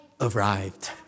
arrived